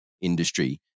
industry